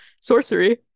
sorcery